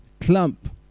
clump